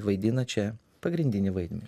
vaidina čia pagrindinį vaidmenį